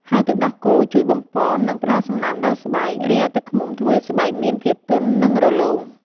ហើយទឹកដោះគោជួយបំប៉ន និងផ្ដល់សំណើមដល់ស្បែក រីឯទឹកឃ្មុំធ្វើឱ្យស្បែកមានភាពទន់និងរលោង។